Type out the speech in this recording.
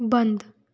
बंद